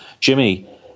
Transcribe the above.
Jimmy